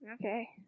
Okay